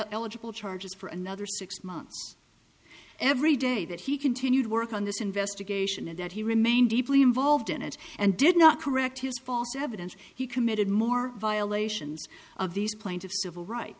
eligible charges for another six months every day that he continued work on this investigation and that he remained deeply involved in it and did not correct his false evidence he committed more violations of these plaintiffs civil right